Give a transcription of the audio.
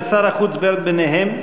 ושר החוץ בירד ביניהם,